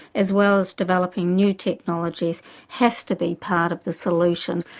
as well as developing new technologies has to be part of the solution.